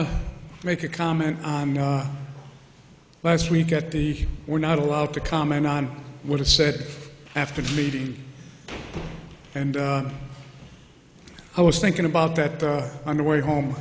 to make a comment last week at the we're not allowed to comment on what it said after the meeting and i was thinking about that on the way home